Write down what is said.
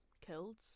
killed